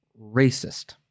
racist